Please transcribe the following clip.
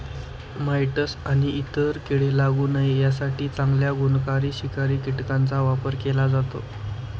mites आणि इतर कीडे लागू नये यासाठी चांगल्या गुणकारी शिकारी कीटकांचा वापर केला जातो